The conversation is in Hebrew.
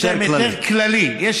היתר כללי.